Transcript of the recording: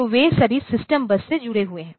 तो वे सभी सिस्टम बस से जुड़े हुए हैं